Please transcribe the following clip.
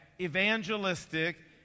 evangelistic